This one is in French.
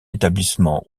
établissement